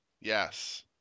yes